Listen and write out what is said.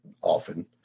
often